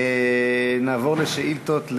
נעבור לשאילתות,